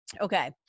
Okay